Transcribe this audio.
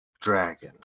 Dragon